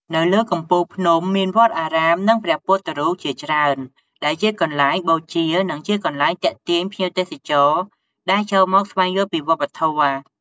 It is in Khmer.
នៅលើកំពូលភ្នំមានវត្តអារាម និងព្រះពុទ្ធរូបជាច្រើន ដែលជាកន្លែងបូជា និងជាកន្លែងទាក់ទាញភ្ញៀវទេសចរដែលចូលមកស្វែងយល់ពីវប្បធម៌ ។